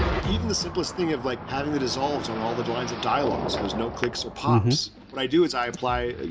even the simplest thing of like, having the dissolves on all the lines of dialogues so there's no clicks or pops. what i do is i apply, you